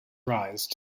rise